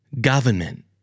Government